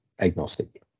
agnostic